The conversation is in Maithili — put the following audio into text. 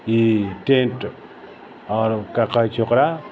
ई टेंट आओर की कहैत छै ओकरा